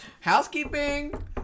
Housekeeping